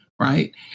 Right